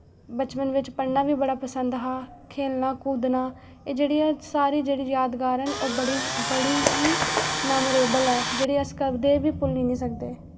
बचपन बिच पढ़ना बी बड़ा पसंद हा खेढना कूदना एह् जेह्ड़ियां सारे जेह्ड़े यादगार न ओ बड़ी बड़ी ही मेमोरेबल ऐ जेह्ड़ी अस कदें बी भुल्ली निं सकदे